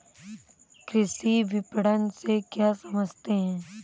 कृषि विपणन से क्या समझते हैं?